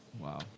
Wow